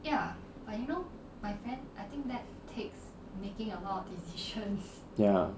ya